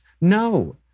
No